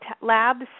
labs